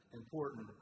important